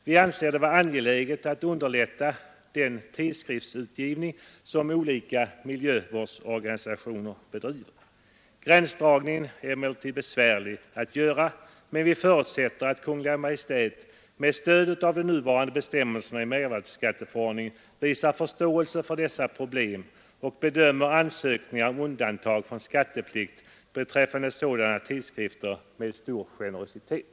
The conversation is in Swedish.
Vi anser det vara angeläget att underlätta den tidskriftsutgivning, som olika miljövårdsorganisationer bedriver. Gränsdragningen är besvärlig att göra, men vi förutsätter att Kungl. Maj:t med stöd av nuvarande bestämmelser i mervärdeskatteförordningen visar förståelse för dessa problem och bedömer ansökningar om undantag från skatteplikt beträffande sådana tidskrifter med stor generositet.